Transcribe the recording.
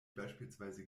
beispielsweise